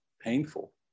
painful